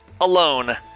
alone